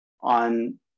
on